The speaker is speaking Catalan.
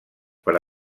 per